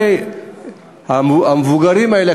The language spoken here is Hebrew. המבוגרים האלה,